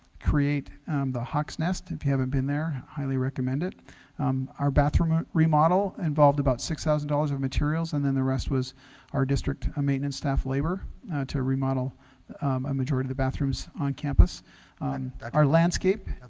create the hawks nest if you haven't been there highly recommend it our bathroom ah remodel involved about six thousand dollars of materials, and then the rest was our district a maintenance staff labor to remodel majority of the bathrooms on campus on our landscape.